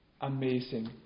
amazing